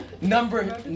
Number